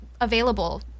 available